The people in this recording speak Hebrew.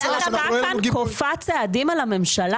ההחלטה כאן כופה צעדים על הממשלה,